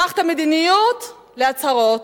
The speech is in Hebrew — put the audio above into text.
הפכת מדיניות להצהרות,